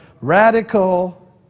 radical